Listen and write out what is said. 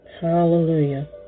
Hallelujah